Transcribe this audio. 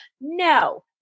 No